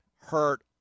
hurt